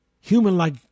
human-like